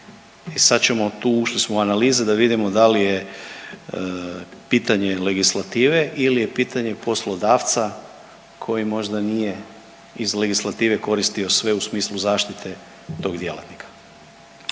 Sada ćemo tu, ušli smo u analize da vidimo da li je pitanje legislative ili je pitanje poslodavca koji možda nije iz legislative koristio sve u smislu zaštite tog dijela.